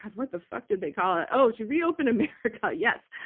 what the fuck did they call it? oh, to reopen america. yes.